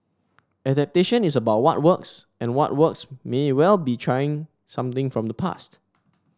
adaptation is about what works and what works may well be trying something from the past